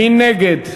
מי נגד?